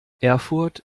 erfurt